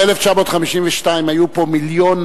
ב-1952 היו פה 1.2 מיליון,